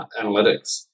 analytics